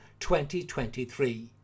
2023